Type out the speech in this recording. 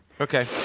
Okay